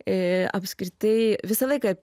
i apskritai visą laiką